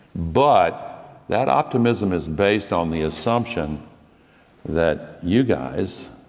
but that optimism is based on the assumption that you guys,